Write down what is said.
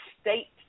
state